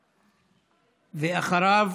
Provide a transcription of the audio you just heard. ואחריו,